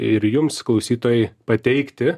ir jums klausytojui pateikti